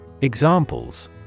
Examples